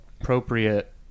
appropriate